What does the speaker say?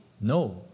No